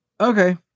Okay